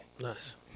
Nice